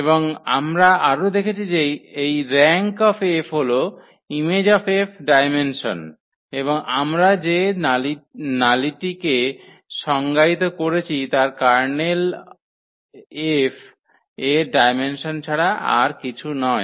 এবং আমরা আরও দেখেছি যে এই rank𝐹 হল Im𝐹 ডায়মেনসন এবং আমরা যে নালিটিকে সংজ্ঞায়িত করেছি তার KerF এর ডায়মেনসন ছাড়া আর কিছুই নয়